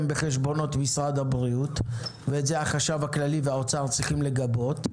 בחשבונות משרד הבריאות ואת זה החשב הכללי והאוצר לגבות.